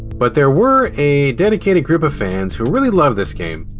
but there were a dedicated group of fans who really loved this game.